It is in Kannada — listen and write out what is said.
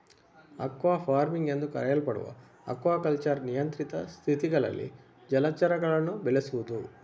ಅಕ್ವಾ ಫಾರ್ಮಿಂಗ್ ಎಂದೂ ಕರೆಯಲ್ಪಡುವ ಅಕ್ವಾಕಲ್ಚರ್ ನಿಯಂತ್ರಿತ ಸ್ಥಿತಿಗಳಲ್ಲಿ ಜಲಚರಗಳನ್ನು ಬೆಳೆಸುದು